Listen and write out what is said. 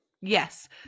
Yes